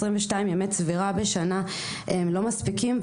22 ימי צבירה בשנה לא מספיקים.